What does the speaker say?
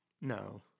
No